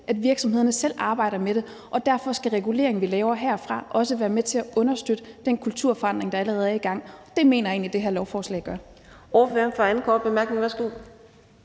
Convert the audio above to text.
at virksomhederne selv arbejder med det, og derfor skal reguleringen, vi laver herfra, også være med til at understøtte den kulturforandring, der allerede er i gang. Det mener jeg egentlig at det her forslag gør.